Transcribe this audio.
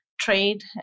trade